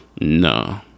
No